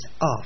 off